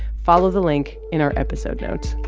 follow the link in our episode notes.